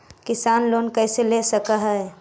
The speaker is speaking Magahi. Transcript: किसान लोन कैसे ले सक है?